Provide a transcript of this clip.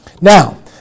Now